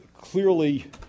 clearly